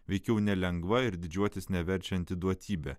veikiau nelengva ir didžiuotis neverčianti duotybė